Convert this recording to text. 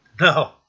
No